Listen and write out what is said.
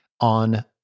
on